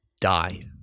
die